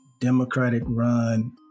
Democratic-run